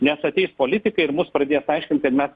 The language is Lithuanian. nes ateis politikai ir mus pradės aiškint kad mes